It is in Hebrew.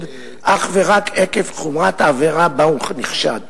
אך ורק עקב חומרת העבירה שבה הוא נחשד.